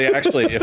and actually, yeah